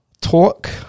talk